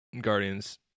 Guardians